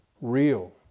real